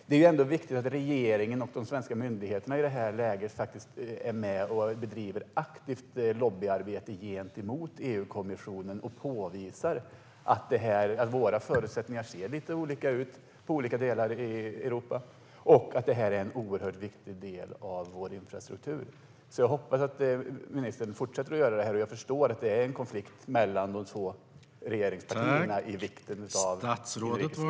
Det är viktigt att regeringen och de svenska myndigheterna i det här läget är med och bedriver ett aktivt lobbyarbete gentemot EU-kommissionen och påvisar att förutsättningarna ser lite olika ut i olika delar av Europa och att det här är en oerhört viktig del av vår infrastruktur. Jag hoppas att ministern fortsätter att göra det, och jag förstår att det är en konflikt mellan de två regeringspartierna om vikten av detta.